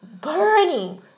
burning